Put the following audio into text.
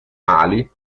ali